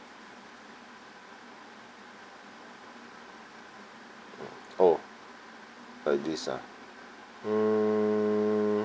oh like this ah hmm